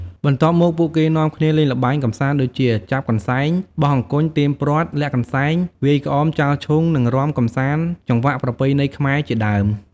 បន្ទាប់មក ពួកគេនាំគ្នាលេងល្បែងកម្សាន្តដូចជា ចាប់កន្សែង បោះអង្គញ់ ទាញព្រ័ត្រ លាក់កន្សែង វាយក្អម ចោលឈូង និងរាំកំសាន្តចង្វាក់ប្រពៃណីខ្មែរជាដើម។